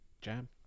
jam